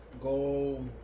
Go